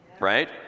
right